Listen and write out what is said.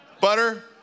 Butter